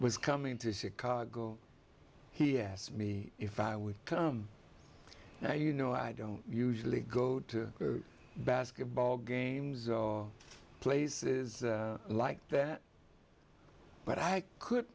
was coming to chicago he asked me if i would come and you know i don't usually go to basketball games or places like that but i could